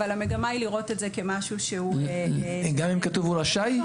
אבל המגמה היא לראות את זה כמשהו שהוא --- גם אם כתוב "רשאי"?